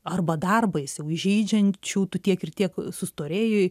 arba dar baisiau įžeidžiančių tu tiek ir tiek sustorėjai